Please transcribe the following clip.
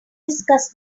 discuss